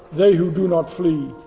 they who do not flee.